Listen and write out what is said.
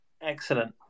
Excellent